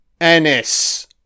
Ennis